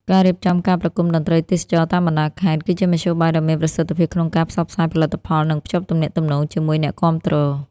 ការរៀបចំការប្រគំតន្ត្រីទេសចរណ៍តាមបណ្តាខេត្ត គឺជាមធ្យោបាយដ៏មានប្រសិទ្ធភាពក្នុងការផ្សព្វផ្សាយផលិតផល និងភ្ជាប់ទំនាក់ទំនងជាមួយអ្នកគាំទ្រ។